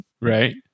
right